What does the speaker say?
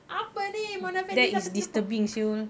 apa ni mona fandey sampai singapore